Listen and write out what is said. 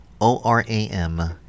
O-R-A-M